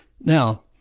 now